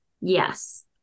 Yes